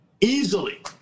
easily